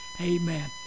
Amen